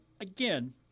again